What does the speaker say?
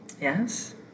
Yes